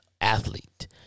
athlete